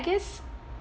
guess